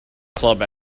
club